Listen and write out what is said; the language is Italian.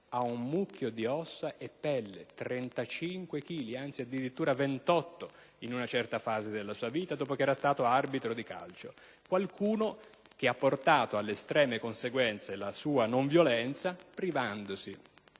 ad un mucchio di ossa e pelle (35 chili, addirittura 28 in una certa fase della sua vita), dopo che era stato arbitro di calcio. Un uomo che ha portato alle estreme conseguenze la sua non violenza, privandosi